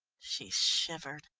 she shivered.